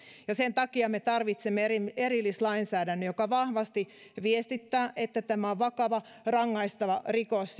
ja sen takia me tarvitsemme erillislainsäädännön joka vahvasti viestittää että tämä on vakava rangaistava rikos